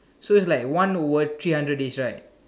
so it's like one word three hundred days right